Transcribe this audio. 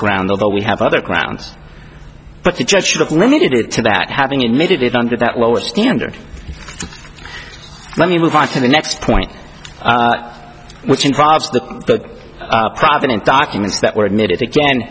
ground although we have other grounds but the judge should have limited it to that having admitted it under that lower standard let me move on to the next point which involves the provident documents that were admitted again